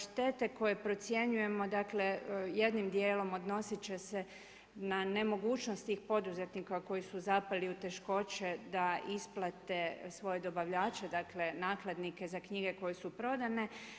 Štete koje procjenjujemo jednim dijelom odnosit će se na nemogućnosti tih poduzetnika koji su zapeli u teškoće da isplate svoje dobavljače, dakle nakladnike za knjige koje su prodane.